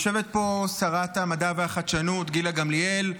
יושבת פה שרת המדע והחדשנות גילה גמליאל,